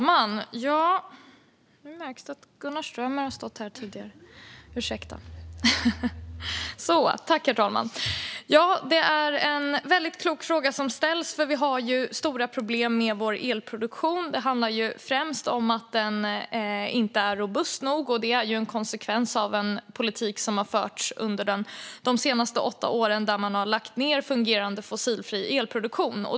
Herr talman! Det är en väldigt klok fråga som ställs, för vi har stora problem med vår elproduktion. Det handlar främst om att den inte är robust nog, och det är en konsekvens av en politik som har förts under de senaste åtta åren där man har lagt ned fungerande fossilfri elproduktion.